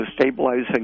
stabilizing